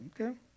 Okay